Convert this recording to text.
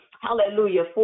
Hallelujah